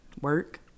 Work